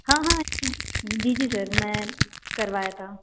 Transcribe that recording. हाँ हाँ जी जी जी सर मैं करवाया था